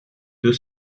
deux